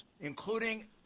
including